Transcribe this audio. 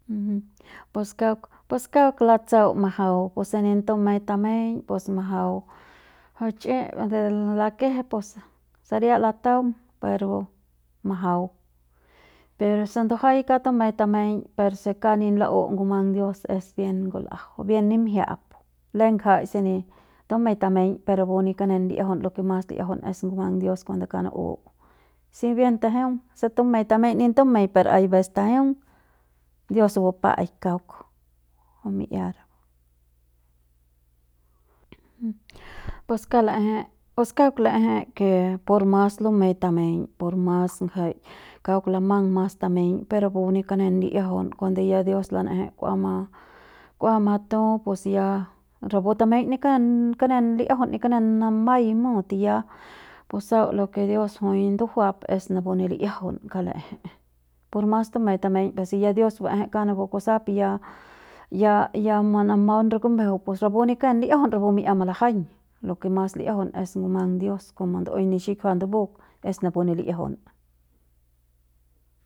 Pus kauk pus kauk latsau majau se nip tumei tameiñ pus majau jui ch'e de lakeje pus saria lataung pero majau per si ndujuai kauk tumei tameiñ per si kauk ni lau ngumang dios es bien ngul'ajau bien nim'jia'ap lem ngjai si ni tumei tameiñ per rapu ni kanen li'iajaun lo ke mas li'iajaun es ngumang dios kuande kauk nu'u si bien tajeung se tumei tameiñ ni tumei per aives tajeung dios bupa'aik kauk mi'ia. Pues kauk la'eje pues kauk la'eje ke pur mas lumei tameiñ por mas ngjai kauk lamagn mas tameiñ per rapu ni kanen li'iajaun cuando ya dios lan'eje k'ua ma k'ua matu pus ya rapu tameiñ ni kanen kanen li'iajaun ni kanen namaiñ mut ya pus sau lo ke dios ndujuap es napu ne li'iajaun kauk la'eje por mas tumei tameiñ per si ya dios ba'eje kauk napu kusap ya ya ya manamaun re kumejeu pus rapu ni ke li'iajaun rapu mi'ia malajaiñ lo ke mas li'iajaun es ngumang dios komo ndu'uei ne xikjiuat ndubuk es napu ne li'iajaun